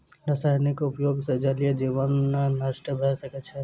रासायनिक उपयोग सॅ जलीय जीवन नष्ट भ सकै छै